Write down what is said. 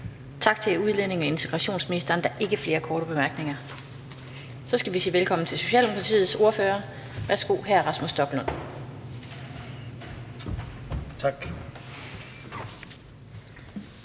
Tak til udlændinge- og integrationsministeren. Der er ikke flere korte bemærkninger. Så skal vi sige velkommen til Socialdemokratiets ordfører. Værsgo, hr. Rasmus Stoklund. Kl.